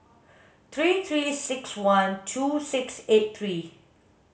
three three six one two six eight three